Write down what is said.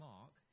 Mark